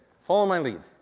follow my lead.